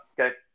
Okay